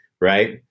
Right